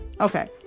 okay